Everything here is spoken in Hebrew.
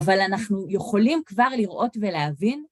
אבל אנחנו יכולים כבר לראות ולהבין.